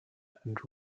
and